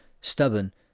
stubborn